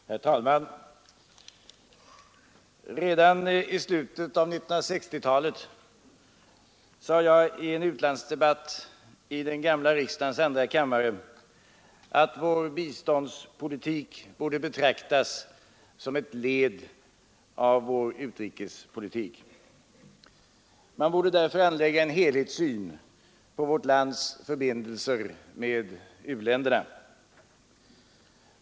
Herr talman! Redan i slutet av 1960-talet uttalade jag i en u-landsdebatt i den gamla riksdagens andra kammare att vår biståndspolitik borde betraktas som ett led i vår utrikespolitik. Man borde därför anlägga en helhetssyn på vårt lands förbindelser med u-länderna.